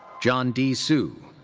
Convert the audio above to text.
john d. so